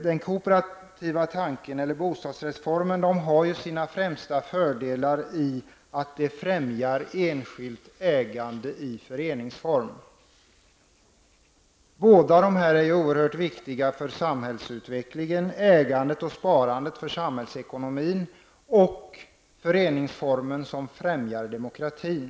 Den kooperativa tanken, eller bostadsrättsformen, har sina främsta fördelar i att den främjar enskilt ägande i föreningsform. Båda dessa element är oerhört viktiga för samhällsutvecklingen, ägandet och sparandet för samhällsekonomin och föreningsformen för demokratin.